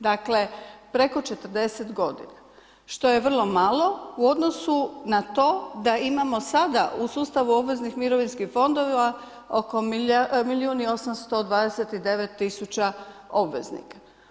Dakle, preko 40 g. što je vrlo malo u odnosu na to da imamo sada u sustavu obveznih mirovinskih fondova oko milijun i 829000 obveznika.